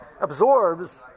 absorbs